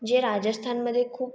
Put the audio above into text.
जे राजस्थानमध्ये खूप